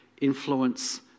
influence